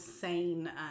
sane